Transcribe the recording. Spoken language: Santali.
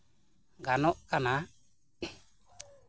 ᱜᱟᱱᱚᱜ ᱠᱟᱱᱟ